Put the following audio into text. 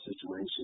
situation